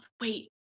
wait